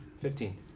Fifteen